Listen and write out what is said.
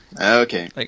Okay